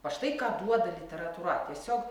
va štai ką duoda literatūra tiesiog